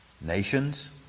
nations